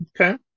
Okay